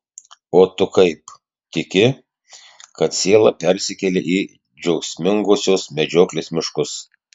o tu kaip tiki kad siela persikelia į džiaugsmingosios medžioklės miškus